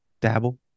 dabble